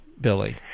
Billy